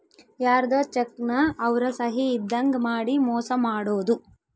ಯಾರ್ಧೊ ಚೆಕ್ ನ ಅವ್ರ ಸಹಿ ಇದ್ದಂಗ್ ಮಾಡಿ ಮೋಸ ಮಾಡೋದು